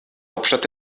hauptstadt